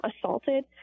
assaulted